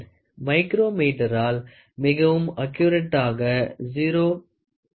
மைக்ரோமீட்டறால் மிகவும் அக்குரட்டாகா 0